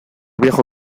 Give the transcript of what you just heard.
viejo